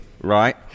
right